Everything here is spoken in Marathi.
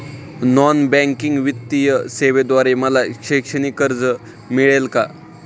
नॉन बँकिंग वित्तीय सेवेद्वारे मला शैक्षणिक कर्ज मिळेल का?